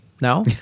No